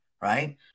right